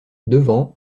devant